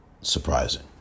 surprising